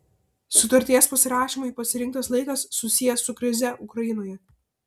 sutarties pasirašymui pasirinktas laikas susijęs su krize ukrainoje